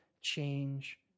change